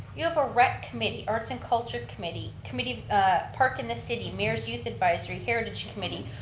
you have a rec committee, arts and culture committee, committee park and the city, mayor's youth advisory, heritage committee,